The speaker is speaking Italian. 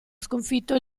sconfitto